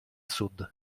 sud